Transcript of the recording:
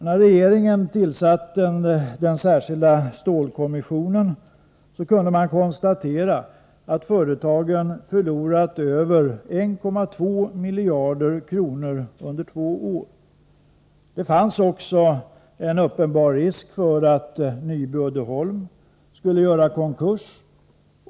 När regeringen tillsatte den särskilda stålkommissionen kunde man konstatera att företagen förlorat över 1,2 miljarder kronor under två år. Det fanns också en uppenbar risk att Nyby Uddeholm skulle göra konkurs.